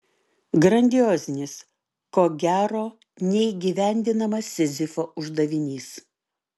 grandiozinis ko gero neįgyvendinamas sizifo uždavinys